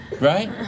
right